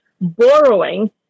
borrowing